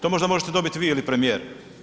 To možda možete dobiti vi ili premijer.